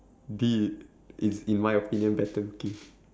D is my opinion better looking